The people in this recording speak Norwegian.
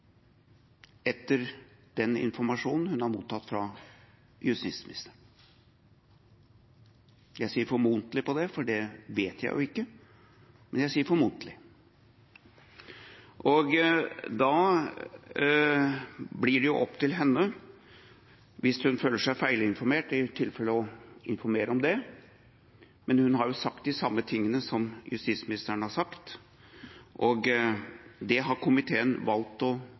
etter den informasjonen hun har mottatt fra justisministeren – jeg sier formodentlig her, for det vet jeg jo ikke, så jeg sier formodentlig. Da blir det opp til henne, hvis hun føler seg feilinformert, i tilfelle å informere om det, men hun har sagt de samme tingene som justisministeren har sagt, og det har komiteen valgt å